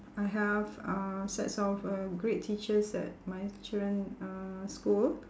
I have uh sets of uh great teachers at my children uh school